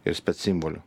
ir sepc simbolių